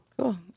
Cool